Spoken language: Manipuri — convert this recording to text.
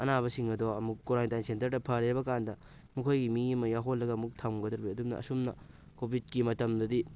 ꯑꯅꯥꯕꯁꯤꯡ ꯑꯗꯣ ꯑꯃꯨꯛ ꯀ꯭ꯋꯥꯔꯟꯇꯥꯏꯟ ꯁꯦꯟꯇꯔꯗ ꯐꯔꯦ ꯍꯥꯏꯕ ꯀꯥꯟꯗ ꯃꯈꯣꯏꯒꯤ ꯃꯤ ꯑꯃ ꯌꯥꯎꯍꯜꯂꯒ ꯑꯃꯨꯛ ꯊꯝꯒꯗꯧꯔꯤꯕꯅꯤ ꯑꯗꯨꯝꯅ ꯑꯁꯨꯝꯅ ꯀꯣꯚꯤꯗꯀꯤ ꯃꯇꯝꯗꯗꯤ